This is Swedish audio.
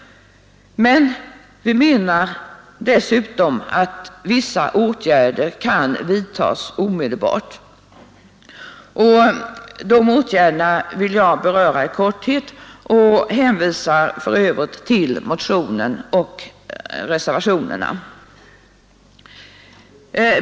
Men vi menar dessutom att vissa åtgärder kan vidtas omedelbart. Dessa åtgärder vill jag beröra i korthet, och jag hänvisar för övrigt till motionen och reservationerna.